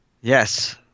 Yes